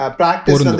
practice